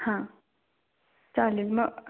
हां चालेल मग